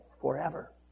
forever